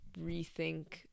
rethink